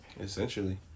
essentially